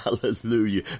Hallelujah